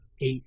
eight